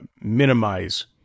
minimize